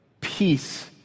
Peace